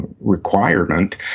requirement